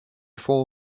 four